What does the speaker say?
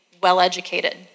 well-educated